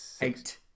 eight